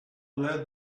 let